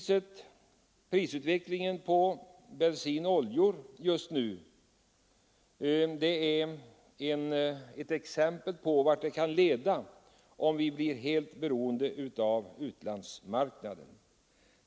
Prisutvecklingen i fråga om bensin och oljor just nu är ett exempel på vart det kan leda om vi blir helt beroende av utlandsmarknaden.